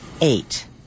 Eight